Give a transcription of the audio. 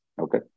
okay